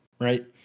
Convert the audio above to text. right